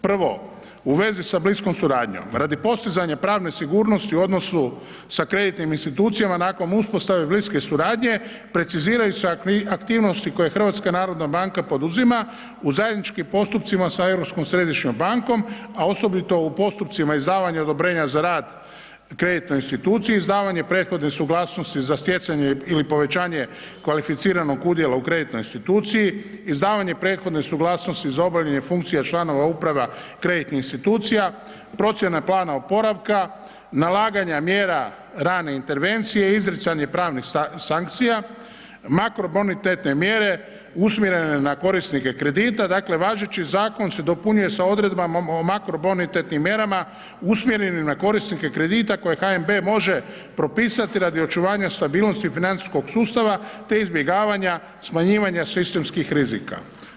Prvo, u vezi sa bliskom suradnjom, radi postizanja pravne sigurnosti u odnosu sa kreditnim institucijama, nakon uspostave bliske suradnje, preciziraju se aktivnosti koje HNB poduzima u zajedničkim postupcima sa Europskom središnjom bankom a osobito u postupcima izdavanja odobrenja za rad kreditnoj instituciji, izdavanje prethodne suglasnosti za stjecanje ili povećanje kvalificiranog udjela u kreditnoj instituciji, izdavanje prethodne suglasnosti za obavljanje funkcija članova uprava kreditnih institucija, procjena plana oporavka, nalaganja mjera rane intervencije, izricanje pravnih sankcija, makrobonitetne mjere usmjerene na korisnike kredita, dakle važeći zakon se dopunjuje sa odredbama makrobonitetnim mjerama usmjerene na korisnike kredita koje HNB može propisati radi očuvanja stabilnosti financijskog sustava te izbjegavanja smanjivanja sistemskih rizika.